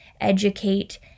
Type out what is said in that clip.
educate